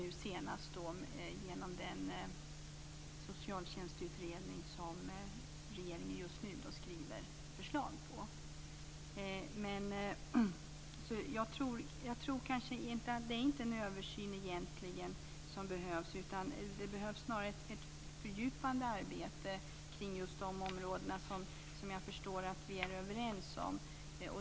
Nu senast skedde detta genom den socialtjänstutredning som regeringen just nu skriver förslag om. Det kanske inte egentligen är en översyn som behövs, utan snarare ett fördjupande arbete kring just de områden som jag förstår att vi är överens om.